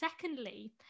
secondly